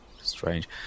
strange